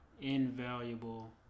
invaluable